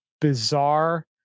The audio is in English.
bizarre